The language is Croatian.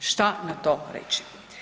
Šta na to reći?